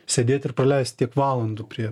sėdėt ir praleist tiek valandų prie